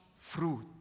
fruit